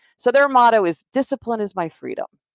so their motto is discipline is my freedom